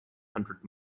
hundred